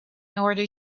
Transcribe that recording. order